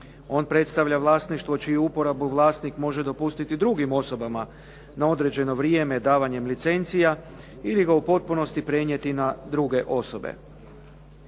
On predstavlja vlasništvo čiju uporabu vlasnik može dopustiti drugim osobama na određeno vrijeme davanjem licencija ili ga u potpunosti prenijeti na druge osobe.